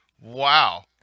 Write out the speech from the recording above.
Wow